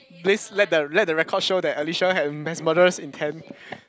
please let the let the record show that Alicia have mass murderous intent